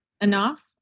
enough